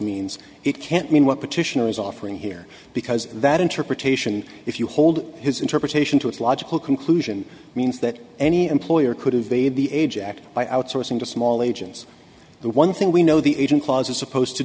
means it can't mean what petitioner is offering here because that interpretation if you hold his interpret nation to its logical conclusion means that any employer could have made the age act by outsourcing to small agents the one thing we know the agent clause is supposed to